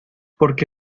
porque